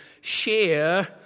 share